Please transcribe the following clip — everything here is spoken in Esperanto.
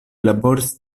laboris